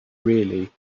really